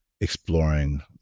exploring